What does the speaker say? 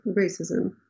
racism